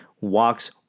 walks